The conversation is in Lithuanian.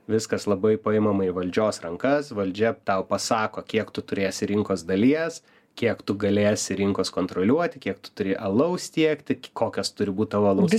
viskas labai paimama į valdžios rankas valdžia tau pasako kiek tu turėsi rinkos dalies kiek tu galėsi rinkos kontroliuoti kiek tu turi alaus tiekti kokios turi būt tavo alaus